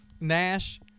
Nash